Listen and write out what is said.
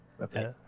Okay